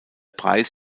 preis